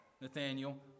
Nathaniel